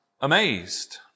amazed